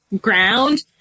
ground